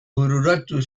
bururatu